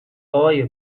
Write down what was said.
آقای